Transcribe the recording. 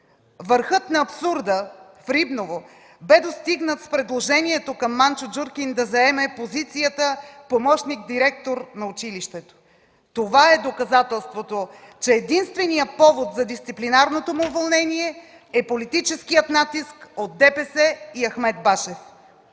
Върхът на абсурда в Рибново бе достигнат с предложението към Манчо Джуркин да заеме позицията помощник-директор на училището. Това е доказателството, че единственият повод за дисциплинарното му уволнение е политическият натиск от ДПС и Ахмед Башев.